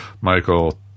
Michael